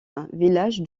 village